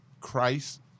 Christ